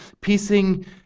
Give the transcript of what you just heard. piecing